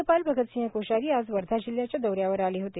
राज्यपाल भगतसिंग कोश्यारी आज वर्धा जिल्ह्याच्या दौऱ्यावर आले होते